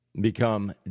become